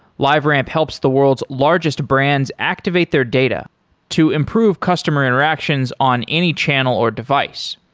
liveramp helps the world's largest brands activate their data to improve customer interactions on any channel or device.